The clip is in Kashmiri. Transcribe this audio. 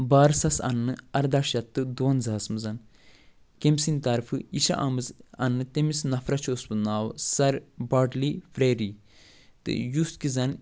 بارسَس اَننہٕ ارداہ شتھ تہٕ دُوَنٛزاہس منٛز کَمہِ سٕنٛدۍ طرفہٕ یہِ چھا آمٕژ اںنہٕ تٔمِس نفرس چھُ اوسمُت ناو سر باٹلی پھرٛیری تہٕ یُس کہِ زن